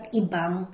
ibang